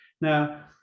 Now